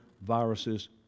viruses